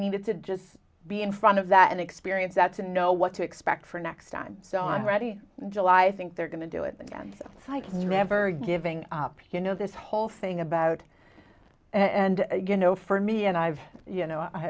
needed to just be in front of that and experience that's and know what to expect for next time so i'm ready july i think they're going to do it again psych never giving up you know this whole thing about and you know for me and i've you know i